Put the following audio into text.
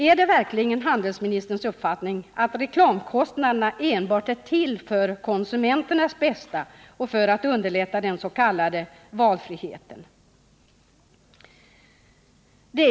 Är det verkligen handelsministerns uppfattning att reklamkostnaderna enbart är till för konsumenternas bästa och för att underlätta den s.k. valfriheten? Det finns delade meningar om detta.